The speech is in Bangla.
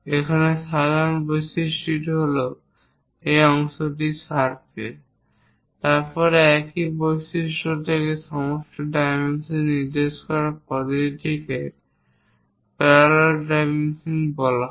এখানে সাধারণ বৈশিষ্ট্যটি হল এটি অংশটির সারফেস তারপর একই বৈশিষ্ট্য থেকে সমস্ত ডাইমেনশন নির্দেশ করার পদ্ধতিটিকে প্যারালাল ডাইমেনশন বলা হয়